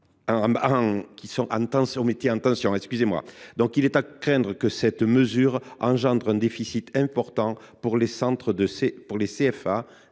Il est à craindre qu’une telle mesure n’engendre un déficit important pour les CFA,